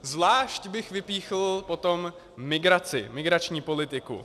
Zvlášť bych vypíchl potom migraci, migrační politiku.